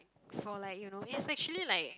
for like you know it's actually like